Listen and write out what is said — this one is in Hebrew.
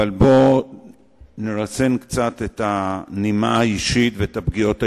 אבל בוא נרסן קצת את הנימה האישית ואת הפגיעות האישיות.